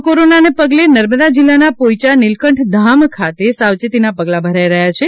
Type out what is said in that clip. તો કોરોનાને પગલે નર્મદા જીલ્લાના પોઇયા નિલકંઠ ધામ ખાતે સાવચેતીના પગલા ભરાઇ રહ્યા છે